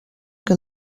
que